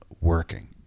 working